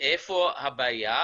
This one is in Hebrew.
איפה הבעיה?